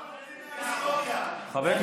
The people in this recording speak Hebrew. לכי לסוריה, לומדים מההיסטוריה.